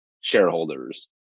shareholders